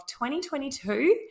2022